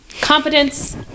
Competence